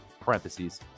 parentheses